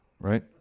Right